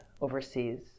overseas